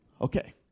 Okay